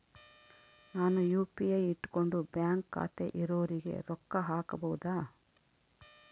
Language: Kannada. ನಾನು ಯು.ಪಿ.ಐ ಇಟ್ಕೊಂಡು ಬ್ಯಾಂಕ್ ಖಾತೆ ಇರೊರಿಗೆ ರೊಕ್ಕ ಹಾಕಬಹುದಾ?